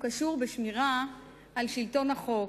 קשור בשמירה על שלטון החוק.